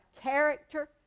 character